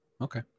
Okay